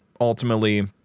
ultimately